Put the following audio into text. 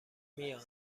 میان